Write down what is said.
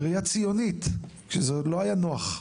בראייה ציונית, כשזה עוד לא היה נוח.